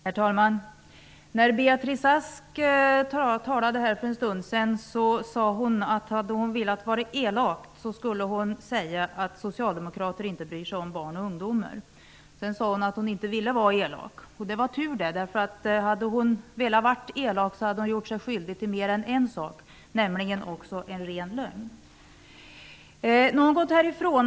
Herr talman! När Beatrice Ask talade här för en stund sedan sade hon att om hon hade velat vara elak skulle hon ha sagt att Socialdemokraterna inte bryr sig om barn och ungdomar. Sedan sade hon att hon inte ville vara elak. Det var tur det. Hade hon velat vara elak hade hon gjort sig skyldig till mer än en sak, nämligen en ren lögn. Nu har Beatrice Ask gått.